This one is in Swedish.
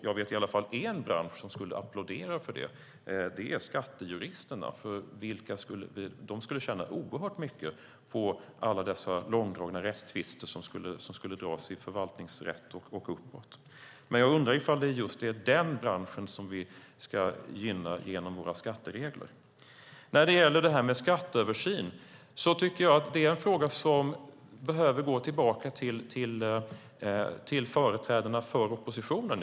Jag vet i alla fall en bransch som skulle applådera det, och det är skattejuristerna. De skulle tjäna oerhört mycket på alla dessa långdragna rättstvister som skulle dras i förvaltningsrätt och uppåt. Jag undrar om det är just den branschen som vi ska gynna genom våra skatteregler. Jag tycker att frågan om en skatteöversyn behöver gå tillbaka till företrädarna för oppositionen.